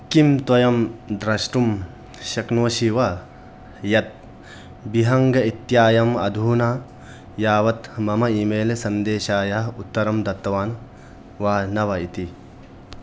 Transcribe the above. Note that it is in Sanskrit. किं त्वं द्रष्टुं शक्नोषि वा यत् बिहङ्ग् इत्ययम् अधुना यावत् मम ईमेल् सन्देशस्य उत्तरं दत्तवान् वा न वा इति